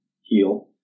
heal